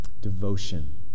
devotion